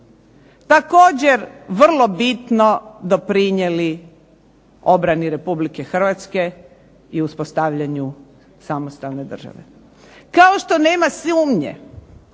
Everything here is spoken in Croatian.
također vrlo bitno doprinijeli obrani Republike Hrvatske i uspostavljanju samostalne države. Kao što nema sumnje